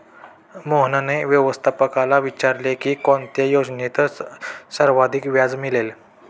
मोहनने व्यवस्थापकाला विचारले की कोणत्या योजनेत सर्वाधिक व्याज मिळेल?